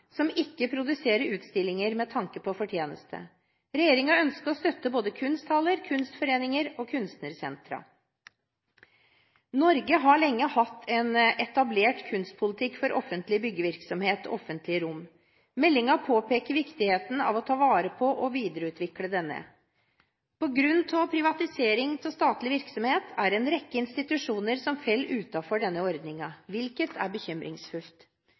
som ikke produserer utstillinger med tanke på fortjeneste. Regjeringen ønsker å støtte både kunsthaller, kunstforeninger og kunstnersenter. Norge har lenge hatt en etablert kunstpolitikk for offentlig byggevirksomhet og offentlige rom. Meldingen påpeker viktigheten av å ta vare på og videreutvikle denne. På grunn av privatisering av statlig virksomhet er det en rekke institusjoner som faller utenfor denne ordningen, hvilket er bekymringsfullt.